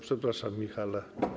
Przepraszam, Michale.